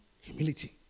Humility